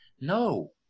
No